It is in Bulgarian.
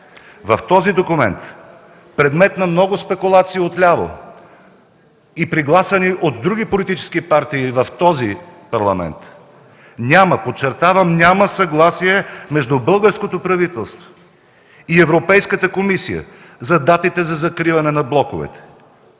В този документ предмет на много спекулации отляво, и пригласяни от други политически партии в този Парламент, няма – подчертавам няма – съгласие между българското правителство и Европейската комисия за датите за закриване на блоковете.